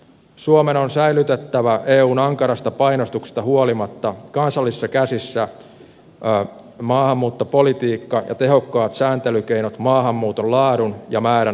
suomen on säilytettävä eun ankarasta painostuksesta huolimatta kansallisissa käsissä maahanmuuttopolitiikka ja tehokkaat sääntelykeinot maahanmuuton laadun ja määrän hallitsemiseksi